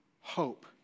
hope